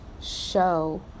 show